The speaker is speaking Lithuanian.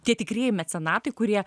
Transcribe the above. tie tikrieji mecenatai kurie